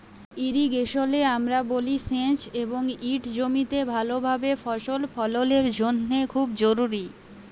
ইরিগেশলে আমরা বলি সেঁচ এবং ইট জমিতে ভালভাবে ফসল ফললের জ্যনহে খুব জরুরি